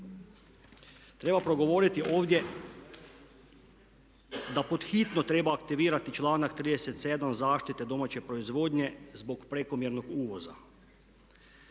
Treba progovoriti ovdje da pod hitno treba aktivirati članak 367. zaštite domaće proizvodnje zbog prekomjernog uvoza.